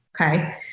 okay